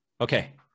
Okay